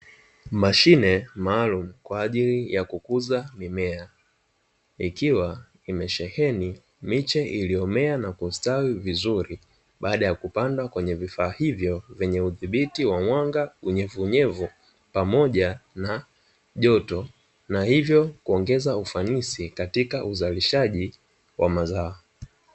Mashine maalum kwa ajili ya kukuza mimea, ikiwa imesheheni miche iliyomea na kustawi vizuri baada ya kupandwa kwenye vifaa hvyo vyenye udhibiti wa mwanga mwenye vunyevu pamoja na joto, na hivyo kuongeza ufanisi katika uzalishaji.